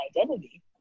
identity